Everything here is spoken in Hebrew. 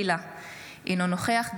אינו נוכח מישל בוסקילה,